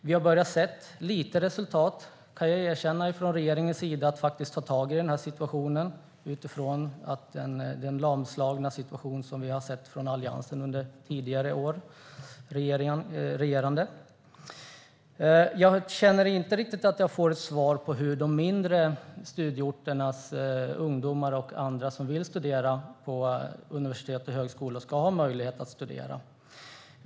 Jag kan erkänna att vi har börjat se lite resultat från regeringens sida när det gäller att ta tag i situationen utifrån den lamslagna situation som rådde med Alliansens regerande under tidigare år. Jag känner inte riktigt att jag får svar på hur ungdomarna på de mindre orterna och andra som vill studera på universitet och högskolor ska få möjlighet att studera.